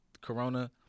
corona